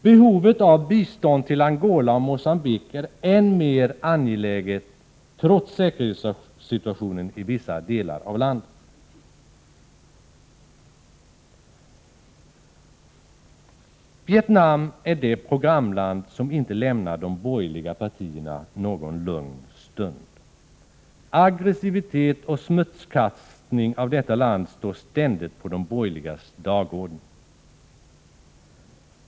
Behovet av biståndet till Angola och Mogambique är än mer angeläget, trots säkerhetssituationen i vissa delar av länderna. Vietnam är det programland som inte lämnar de borgerliga partierna någon lugn stund. Aggressivitet och smutskastning av detta land står ständigt på de borgerligas dagordning.